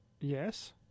yes